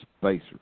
spacer